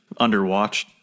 underwatched